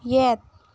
ꯌꯦꯠ